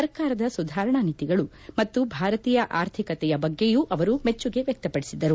ಸರ್ಕಾರದ ಸುಧಾರಣಾ ನೀತಿಗಳು ಮತ್ತು ಭಾರತೀಯ ಆರ್ಥಿಕತೆಯ ಬಗ್ಗೆಯೂ ಅವರು ಮೆಚ್ಚುಗೆ ವ್ಯಕ್ತಪಡಿಸಿದರು